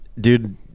dude